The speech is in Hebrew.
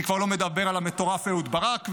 אני כבר לא מדבר על המטורף אהוד ברק ועוד.